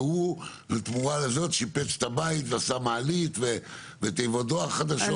והוא בתמורה לזה שיפץ את הבית ועשה מעלית ותיבות דואר חדשות.